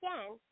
again –